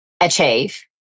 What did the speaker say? achieve